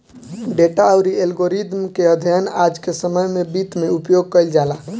data अउरी algorithm के अध्ययन आज के समय में वित्त में उपयोग कईल जाला